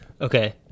Okay